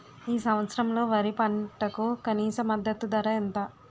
ఈ సంవత్సరంలో వరి పంటకు కనీస మద్దతు ధర ఎంత?